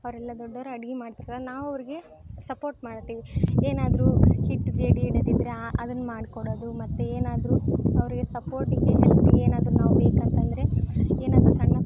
ಅವರೆಲ್ಲ ದೊಡ್ಡವ್ರು ಅಡ್ಗೆ ಮಾಡ್ತಾರೆ ನಾವು ಅವ್ರಿಗೆ ಸಪೋಟ್ ಮಾಡ್ತೀವಿ ಏನಾದರೂ ಹಿಟ್ ಜೇಡಿ ಹಿಡಿದಿದ್ರೆ ಆ ಅದನ್ನ ಮಾಡ್ಕೊಡೋದು ಮತ್ತು ಏನಾದರೂ ಅವರಿಗೆ ಸಪೋರ್ಟಿಗೆ ಹೆಲ್ಪಿಗೆ ಏನಾದರೂ ನಾವು ಬೇಕಂತ ಅಂದ್ರೆ ಏನಾದರೂ ಸಣ್ಣ